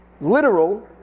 literal